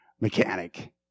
mechanic